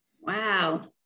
Wow